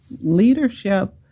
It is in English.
Leadership